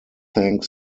thank